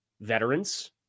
veterans